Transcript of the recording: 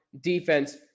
defense